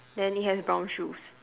then it has brown shoes